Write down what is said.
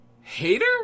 Hater